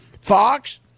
Fox